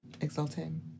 Exulting